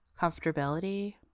comfortability